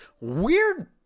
weird